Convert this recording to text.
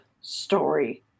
story